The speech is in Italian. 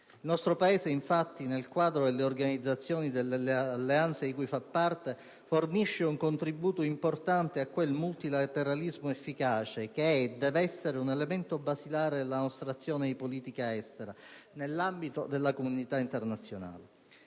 il nostro Paese, nel quadro delle organizzazioni e delle alleanze di cui fa parte, fornisce un contributo importante a quel multilateralismo efficace che è e deve essere un elemento basilare della nostra azione di politica estera nell'ambito della comunità internazionale.